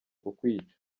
kukwica